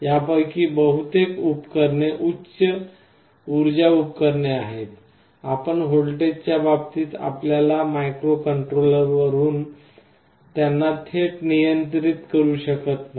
यापैकी बहुतेक उपकरणे उच्च उर्जा उपकरणे आहेत आपण व्होल्टेजच्या बाबतीत आपल्या मायक्रोकंट्रोलरवरून त्यांना थेट नियंत्रित करू शकत नाही